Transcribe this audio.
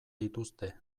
dituzte